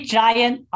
giant